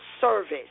service